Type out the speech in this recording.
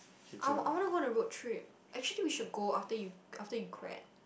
I want I want to go road trip actually we should go after you after you grad